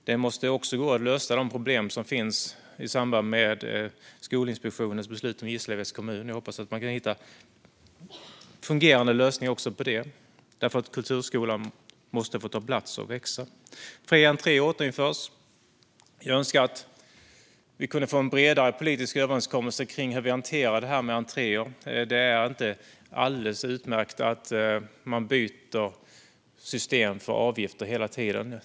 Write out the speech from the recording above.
Det måste gå att lösa de problem som finns i samband med Skolinspektionens beslut om Gislaveds kommun. Jag hoppas att man kan hitta fungerande lösningar också där, för kulturskolan måste få ta plats och växa. Fri entré återinförs. Jag önskar att vi kunde få en bredare politisk överenskommelse om hur vi hanterar frågan om entréer. Det är inte alldeles utmärkt att byta system för avgifter hela tiden.